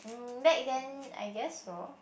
mm back then I guess so